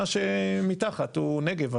מה שמתחת הוא נגב.